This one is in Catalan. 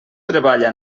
treballa